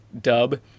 dub